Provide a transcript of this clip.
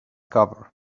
cover